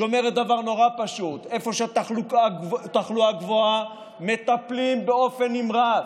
שאומרת דבר נורא פשוט: איפה שהתחלואה גבוהה מטפלים באופן נמרץ,